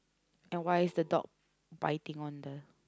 and why is the dog biting on the